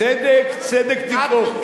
צדק צדק תרדוף.